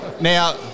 Now